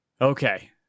Okay